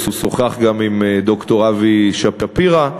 הוא שוחח גם עם ד"ר אבי שפירא,